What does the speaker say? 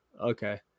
Okay